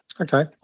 Okay